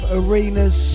arenas